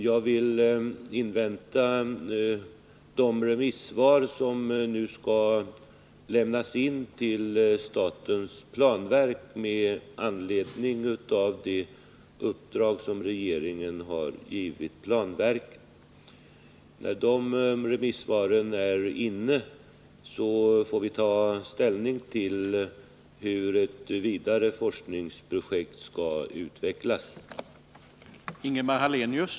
Jag vill emellertid invänta de remissvar som nu skall avges över planverkets rapport. När dessa svar har kommit in får vi ta ställning till hur det fortsatta forskningsoch undersökningsarbetet skall bedrivas.